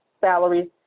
salaries